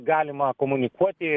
galima komunikuoti